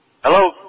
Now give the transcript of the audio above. Hello